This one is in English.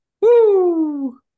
Woo